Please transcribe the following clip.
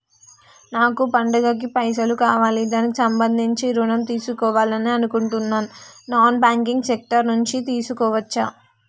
నాకు పండగ కి పైసలు కావాలి దానికి సంబంధించి ఋణం తీసుకోవాలని అనుకుంటున్నం నాన్ బ్యాంకింగ్ సెక్టార్ నుంచి తీసుకోవచ్చా?